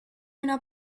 una